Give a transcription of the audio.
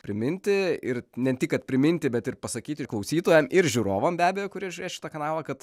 priminti ir ne tik kad priminti bet ir pasakyti klausytojam ir žiūrovam be abejo kurie žiūrės šitą kanalą kad